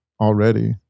already